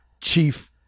chief